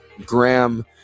Graham